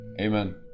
amen